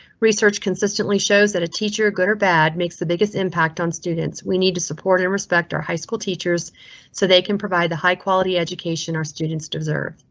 research consistently shows that a teacher, good or bad, makes the biggest impact on students. we need to support and respect our high school teachers so they can provide the high quality education our students deserve.